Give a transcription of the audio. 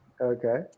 Okay